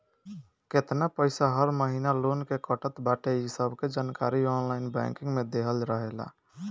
केतना पईसा हर महिना लोन के कटत बाटे इ सबके जानकारी ऑनलाइन बैंकिंग में देहल रहेला